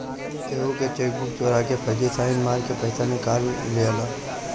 केहू के चेकबुक चोरा के फर्जी साइन मार के पईसा निकाल लियाला